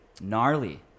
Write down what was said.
Gnarly